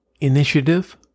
initiative